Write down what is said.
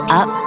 up